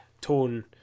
tone